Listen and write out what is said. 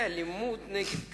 אלימות נגד קשישים,